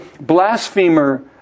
blasphemer